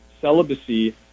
celibacy